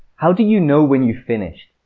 how do you know when you've finished?